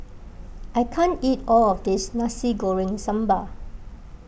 I can't eat all of this Nasi Goreng Sambal